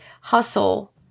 hustle